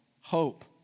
hope